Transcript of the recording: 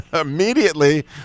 immediately